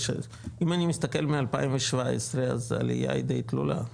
אם אני מסתכל מ-2017 אז העלייה היא די תלולה,